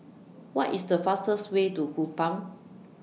What IS The fastest Way to Kupang